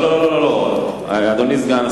לא, אדוני סגן השר,